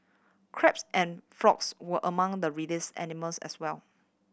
crabs and frogs were among the released animals as well